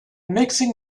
mixing